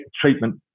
treatment